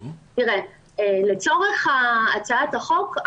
לצורך הצעת החוק,